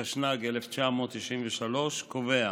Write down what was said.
התשנ"ג 1973, קובע